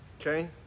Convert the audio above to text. Okay